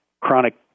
chronic